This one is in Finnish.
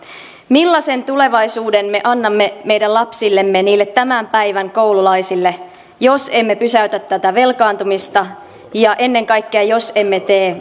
millaisen tulevaisuuden me annamme meidän lapsillemme niille tämän päivän koululaisille jos emme pysäytä tätä velkaantumista ja ennen kaikkea jos emme tee